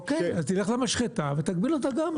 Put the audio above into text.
אוקיי אז תלך למשחטה ותגביל אותה גם.